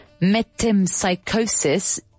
metempsychosis